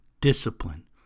Discipline